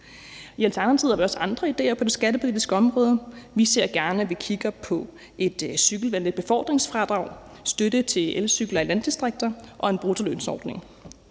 I Alternativet har vi også andre idéer på det skattepolitiske område. Alternativet ser gerne, at vi kigger på et cykelbefordringsfradrag, støtte til elcykler i landdistrikter og en bruttolønsordning.